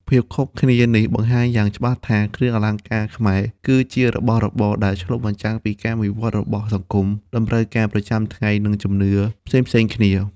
ភាពខុសគ្នានេះបង្ហាញយ៉ាងច្បាស់ថា គ្រឿងអលង្ការខ្មែរ គឺជារបស់របរដែលឆ្លុះបញ្ចាំងពីការវិវត្តន៍របស់សង្គម តម្រូវការប្រចាំថ្ងៃ និងជំនឿផ្សេងៗគ្នា។